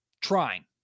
trying